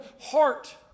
heart